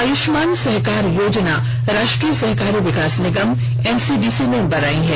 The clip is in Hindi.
आयुष्मान सहकार योजना राष्ट्रीय सहकारी विकास निगम एनसीडीसी ने बनाई है